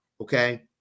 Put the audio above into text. Okay